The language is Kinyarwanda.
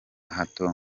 hato